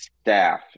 staff